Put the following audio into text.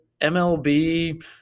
MLB